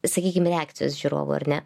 sakykim reakcijos žiūrovų ar ne